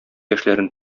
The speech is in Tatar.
яшьләрен